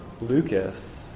Lucas